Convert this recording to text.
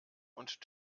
und